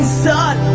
sun